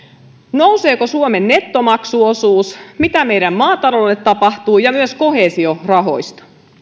nouseeko suomen nettomaksuosuus mitä meidän maataloudelle tapahtuu entä koheesiorahoille